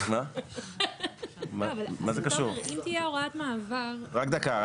אם תהיה הוראת מעבר --- רק דקה.